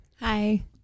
Hi